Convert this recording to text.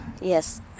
Yes